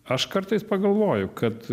aš kartais pagalvoju kad